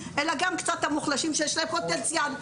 אלא גם קצת את המוחלשים שיש להם פוטנציאל?